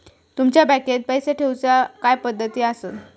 तुमच्या बँकेत पैसे ठेऊचे काय पद्धती आसत?